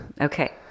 Okay